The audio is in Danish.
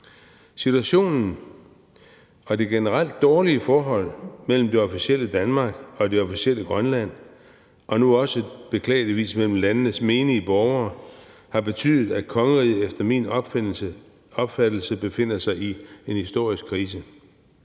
Situationen og det generelt dårlige forhold mellem det officielle Danmark og det officielle Grønland og nu beklageligvis også mellem landenes menige borgere har betydet, at kongeriget efter min opfattelse befinder sig i en historisk krise.